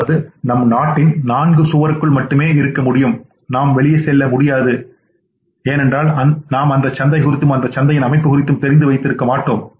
அல்லது நாம் நம் நாட்டின் நான்கு சுவருக்குள் மட்டுமே இருக்க முடியும் நாம் வெளியே செல்ல முடியாது ஏன் என்றால் நாம் அந்த சந்தை குறித்தும் அந்த சந்தையின் அமைப்பு குறித்தும் தெரிந்து வைத்திருக்க மாட்டோம்